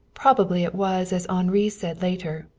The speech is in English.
probably it was as henri said later,